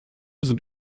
sind